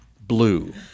blue